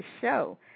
show